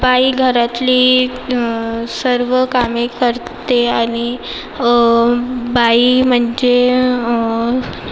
बाई घरातली सर्व कामे करते आणि बाई म्हणजे